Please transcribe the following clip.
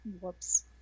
whoops